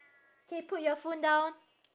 K put your phone down